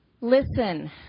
Listen